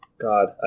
God